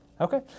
Okay